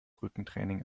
rückentraining